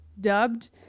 dubbed